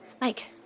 Mike